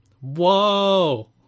Whoa